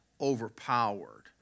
overpowered